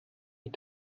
ich